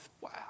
Wow